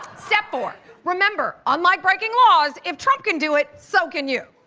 step four, remember, unlike breaking laws, if trump can do it, so can you.